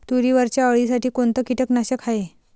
तुरीवरच्या अळीसाठी कोनतं कीटकनाशक हाये?